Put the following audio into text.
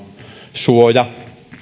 suoja